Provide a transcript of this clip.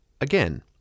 Again